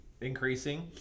increasing